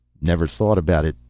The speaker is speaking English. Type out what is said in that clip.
nev'r thought about it.